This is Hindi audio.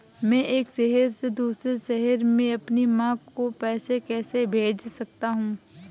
मैं एक शहर से दूसरे शहर में अपनी माँ को पैसे कैसे भेज सकता हूँ?